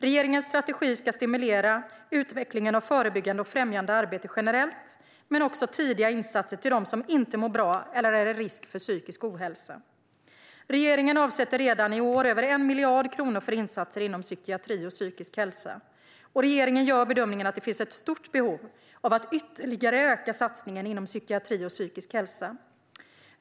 Regeringens strategi ska stimulera utvecklingen av förebyggande och främjande arbete generellt men också tidiga insatser till dem som inte mår bra eller är i riskzonen för psykisk ohälsa. Regeringen avsätter redan i år över 1 miljard kronor för insatser inom psykiatri och psykisk hälsa. Regeringen gör bedömningen att det finns ett stort behov av att ytterligare utöka satsningen inom psykiatri och psykisk hälsa.